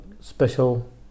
special